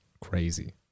Crazy